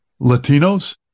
latinos